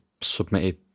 submitted